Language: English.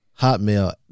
Hotmail